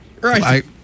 Right